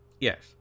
Yes